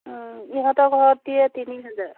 ইহঁতৰ ঘৰত দিয়ে তিনি হাজাৰ